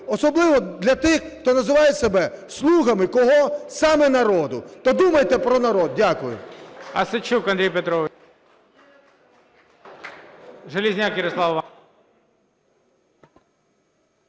особливо для тих, хто називають себе "слугами". Кого? Саме народу. То думайте про народ. Дякую.